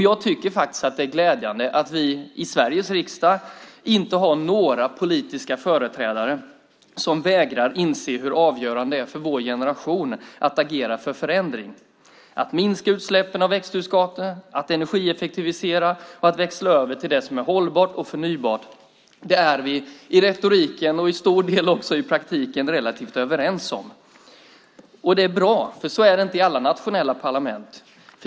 Jag tycker att det är glädjande att vi i Sveriges riksdag inte har några politiska företrädare som vägrar inse hur avgörande det är för vår generation att agera för förändring: att minska utsläppen av växthusgaser, att energieffektivisera och växla över till det som är hållbart och förnybart. Det är vi i retoriken och till stor del också i praktiken relativt överens om. Det är bra, för så är det inte i alla nationella parlament.